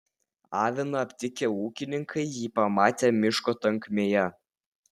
aviną aptikę ūkininkai jį pamatė miško tankmėje